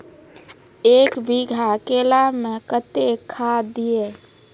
एक बीघा केला मैं कत्तेक खाद दिये?